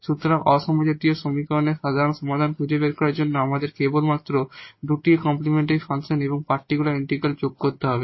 সুতরাং non homogeneous সমীকরণের সাধারণ সমাধান খুঁজে বের করার জন্য আমাদের কেবল দুটি কমপ্লিমেন্টরি ফাংশন এবং পার্টিকুলার ইন্টিগ্রাল যোগ করতে হবে